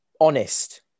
honest